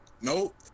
nope